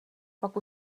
pak